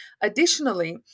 Additionally